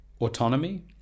autonomy